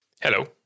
Hello